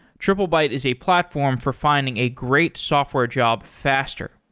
triplebyte is a platform for finding a great software job faster.